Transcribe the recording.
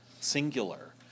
singular